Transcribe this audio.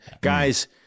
Guys